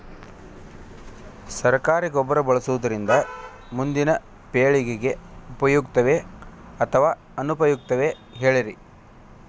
ಸರಕಾರಿ ಗೊಬ್ಬರ ಬಳಸುವುದರಿಂದ ಮುಂದಿನ ಪೇಳಿಗೆಗೆ ಉಪಯುಕ್ತವೇ ಅಥವಾ ಅನುಪಯುಕ್ತವೇ ಹೇಳಿರಿ